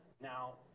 now